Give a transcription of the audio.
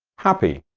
happy